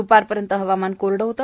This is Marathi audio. द्पारपर्यंत हवामान कोरडे होते